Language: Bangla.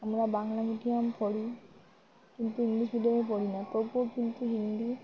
আমরা বাংলা মিডিয়ামে পড়ি কিন্তু ইংলিশ মিডিয়ামে পড়ি না তবুও কিন্তু হিন্দি